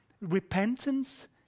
repentance